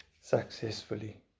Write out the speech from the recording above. successfully